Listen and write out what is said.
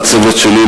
לצוות שלי,